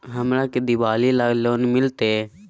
हमरा के दिवाली ला लोन मिलते?